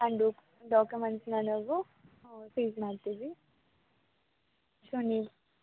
ಅಂಡು ಡಾಕ್ಯೂಮೆಂಟ್ಸನ್ನ ನಾವು ಸೀಜ್ ಮಾಡ್ತೀವಿ ಸೊ ನೀವು